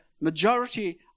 majority